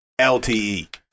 LTE